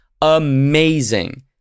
amazing